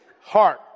heart